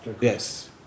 Yes